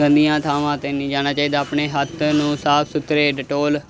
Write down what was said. ਗੰਦੀਆਂ ਥਾਵਾਂ 'ਤੇ ਨਹੀਂ ਜਾਣਾ ਚਾਹੀਦਾ ਆਪਣੇ ਹੱਥ ਨੂੰ ਸਾਫ਼ ਸੁਥਰੇ ਡਟੋਲ